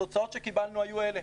התוצאות שקיבלנו היו אלה.